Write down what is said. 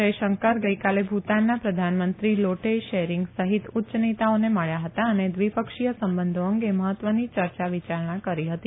જયશંકર ગઈકાલે ભુતાનના પ્રધાનમંત્રી લોટેય શેરીંગ સહિત ઉચ્ય નેતાઓને મળ્યા હતા અને દ્વીપક્ષીય સંબંધો અંગે મહત્વની ચર્ચા વિયારણા કરી હતી